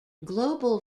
global